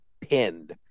pinned